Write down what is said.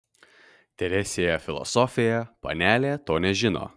teresėje filosofėje panelė to nežino